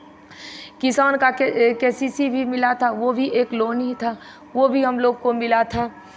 किसान का K C C भी मिला था वो भी एक लोन ही था वो भी हम लोग को मिला था